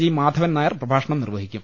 G Madhavan Nair പ്രഭാഷണം നിർവഹിക്കും